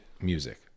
music